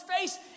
face